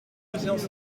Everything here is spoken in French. trois